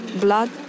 Blood